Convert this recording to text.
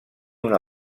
una